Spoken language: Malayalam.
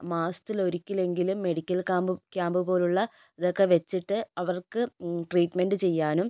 മാസത്തിലൊരിക്കലെങ്കിലും മെഡിക്കൽ കാമ്പും ക്യാമ്പുപോലുള്ള ഇതൊക്കെ വച്ചിട്ട് അവർക്ക് ട്രീറ്റ്മെൻ്റെ ചെയ്യാനും